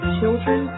children